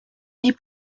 dit